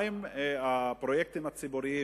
מה עם הפרויקטים הציבוריים?